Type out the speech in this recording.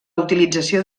utilització